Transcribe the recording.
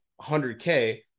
100K